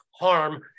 harm